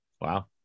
Wow